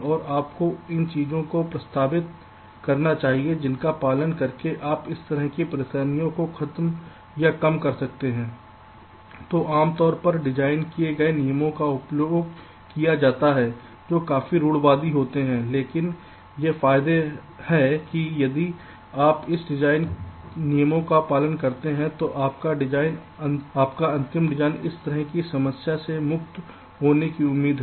और आपको उन चीजों को प्रस्तावित करना चाहिए जिनका पालन करके आप इस तरह की परेशानियों को खत्म या कम कर सकते हैं तो आमतौर पर डिज़ाइन किए गए नियमों का उपयोग किया जाता है जो काफी रूढ़िवादी होते हैं लेकिन यह फायदे है कि यदि आप इस डिज़ाइन नियमों का पालन करते हैं तो आपका अंतिम डिज़ाइन इस तरह की समस्याओं से मुक्त होने की उम्मीद है